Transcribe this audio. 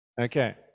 okay